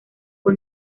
fue